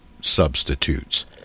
substitutes